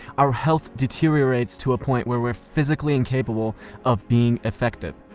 our health deteriorates to a point, where we're physically incapable of being effective.